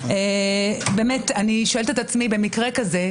במקרה כזה,